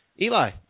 Eli